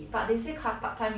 it's very tiring